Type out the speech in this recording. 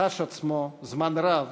חש עצמו זמן רב